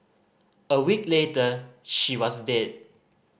a week later she was dead